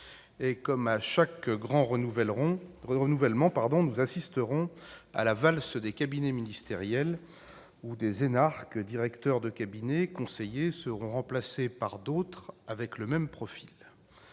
Comme à chaque grand renouvellement, nous assisterons à la valse des cabinets ministériels, qui verra des énarques, directeurs de cabinet ou conseillers, être remplacés par d'autres, avec le même profil.